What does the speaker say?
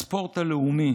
הספורט הלאומי